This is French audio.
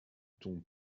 ton